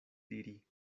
diri